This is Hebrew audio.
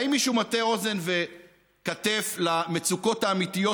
האם מישהו מטה אוזן וכתף למצוקות האמיתיות,